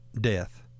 death